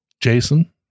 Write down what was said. Jason